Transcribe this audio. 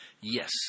Yes